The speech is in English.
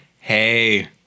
Hey